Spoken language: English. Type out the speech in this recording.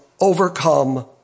overcome